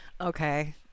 Okay